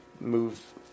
move